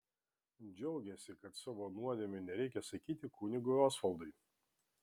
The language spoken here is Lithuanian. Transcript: džiaugėsi kad savo nuodėmių nereikia sakyti kunigui osvaldui